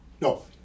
No